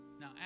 Now